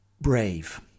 brave